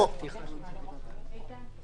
הצבעה התקנות אושרו.